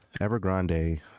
Evergrande